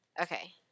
Okay